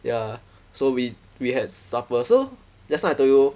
ya so we we had supper so just now I told you